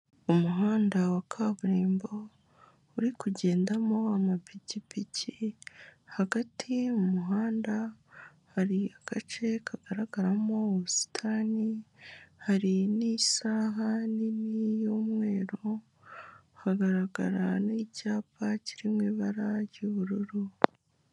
Umuhanda wa kaburimbo uri kugendamo amapikipiki, hagati mu muhanda hari agace kagaragaramo ubusitani, hari n'isaha nini y'umweru, hagaragara n'icyapa kiri mu ibara ry'ubururu.